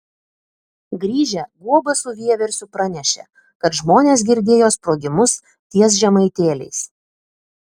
grįžę guoba su vieversiu pranešė kad žmonės girdėjo sprogimus ties žemaitėliais